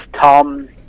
Tom